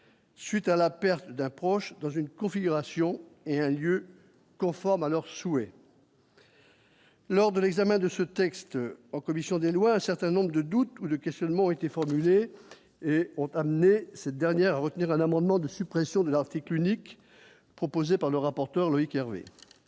Suite à la perte d'un proche dans une configuration et un lieu conforme à leurs souhaits. Lors de l'examen de ce texte en commission des lois, un certain nombre de doutes ou le questionnement été formulées et ont amené cette dernière à retenir un amendement de suppression de l'article unique proposé par le rapporteur Loïc Hervé,